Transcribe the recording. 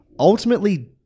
ultimately